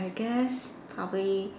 I guess probably